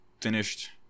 finished